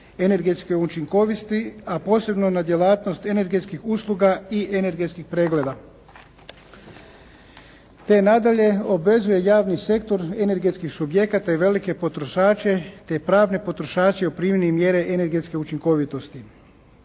energetske učinkovitosti, a posebno na djelatnost energetskih usluga i energetskih pregleda. Te nadalje, obvezuje javno sektor energetskih subjekata i velike potrošače te pravne potrošače o primjeni mjere energetske učinkovitosti.